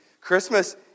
Christmas